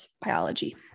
biology